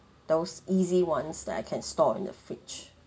those easy [ones] that I can store in the fridge